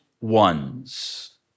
ones